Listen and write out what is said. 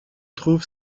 trouve